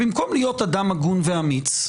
במקום להיות אדם הגון ואמיץ,